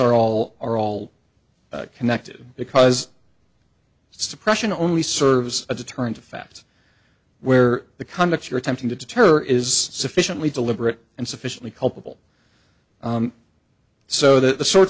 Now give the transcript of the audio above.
are all are all connected because suppression only serves a deterrent effect where the conduct you're attempting to terror is sufficiently deliberate and sufficiently culpable so that the sorts